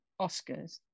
Oscars